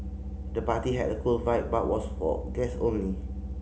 the party had a cool vibe but was for guest only